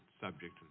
subject